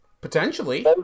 potentially